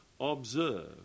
observe